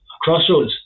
crossroads